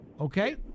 Okay